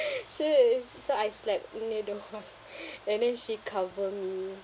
serious so I slept near the wall and then she covered me